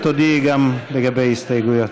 ותודיעי גם לגבי ההסתייגויות.